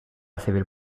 civil